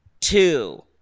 Two